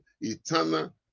eternal